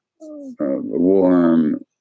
warm